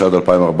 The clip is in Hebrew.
התשע"ד 2014,